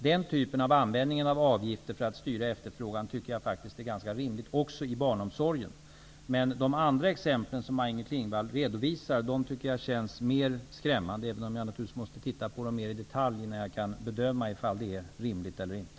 Den typen av användning av avgifter för att styra efterfrågan tycker jag är faktiskt ganska rimlig också inom barnomsorgen. Men de andra exempel som Maj-Inger Klingvall redovisade känns mer skrämmande, även om jag naturligtvis måste titta på dem mera i detalj, innan jag kan bedömma ifall det är rimligt eller inte.